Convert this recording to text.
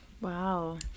wow